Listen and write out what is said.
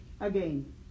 again